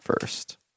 first